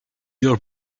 your